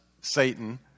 Satan